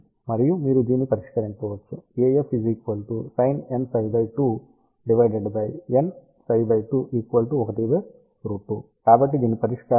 మరియు మీరు దీన్ని పరిష్కరించవచ్చు కాబట్టి దీని పరిష్కారం nΨ2 1